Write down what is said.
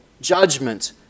judgment